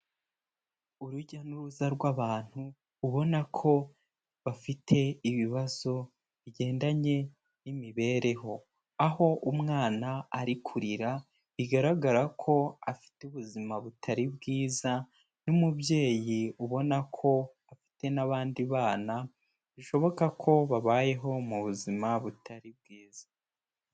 Urujya n'uruza rw'abantu, ubona ko bafite ibibazo bigendanye n'imibereho. Aho umwana ari kurira bigaragara ko afite ubuzima butari bwiza n'umubyeyi ubona ko afite n'abandi bana, bishoboka ko babayeho mu buzima butari bwiza.